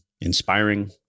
inspiring